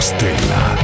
Stella